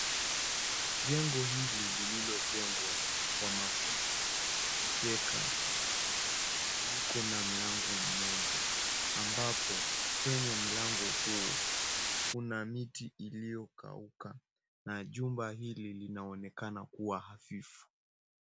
Jengo hili lililo jengwa kwa makuti, mkeka na nguzo, liko na mlango mmoja ambapo kwenye mlango huo, kuna miti iliyokauka na jumba hili linaonekana kuwa hafifu.